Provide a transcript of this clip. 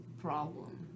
problem